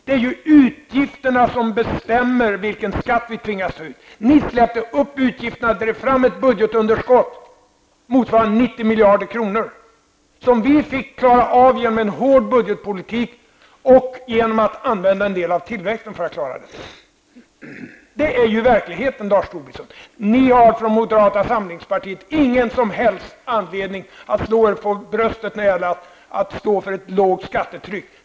Det är ju utgifterna som bestämmer vilken skatt vi tvingas ta ut. Ni släppte upp utgifterna och drev fram ett budgetunderskott motsvarande 90 miljarder kronor, som vi fick klara av genom en hård budgetpolitik och genom att använda en del av tillväxten till detta. Detta är verkligheten, Lars Tobisson! Ni har i moderata samlingspartiet ingen som helst anledning att slå er för bröstet när det gäller att stå för ett lågt skattetryck.